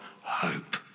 hope